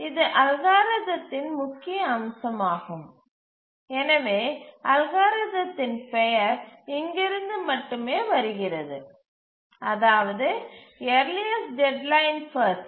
இது அல்காரிததின் முக்கிய அம்சமாகும் எனவே அல்காரிததின் பெயர் இங்கிருந்து மட்டுமே வருகிறது அதாவது யர்லியஸ்டு டெட்லைன் பஸ்ட்